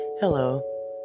hello